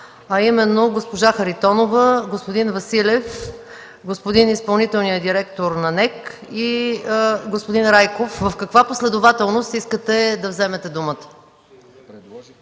а именно госпожа Харитонова, господин Василев, господин изпълнителният директор на НЕК и господин Райков. В каква последователност искате да вземете думата?